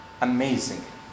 Amazing